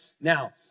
Now